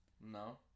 No